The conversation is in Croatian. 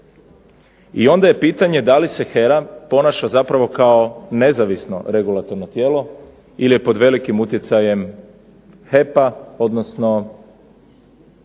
I onda je pitanje da li se HERA ponaša zapravo kao nezavisno regulatorno tijelo ili je pod velikim utjecajem HEP-a odnosno